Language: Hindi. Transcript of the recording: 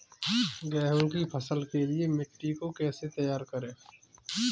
गेहूँ की फसल के लिए मिट्टी को कैसे तैयार करें?